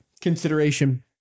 consideration